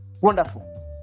Wonderful